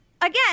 again